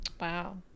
wow